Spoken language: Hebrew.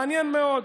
מעניין מאוד,